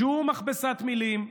שום מכבסת מילים,